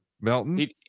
Melton